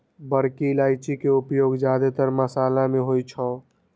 बड़की इलायची के उपयोग जादेतर मशाला मे होइ छै